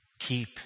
Keep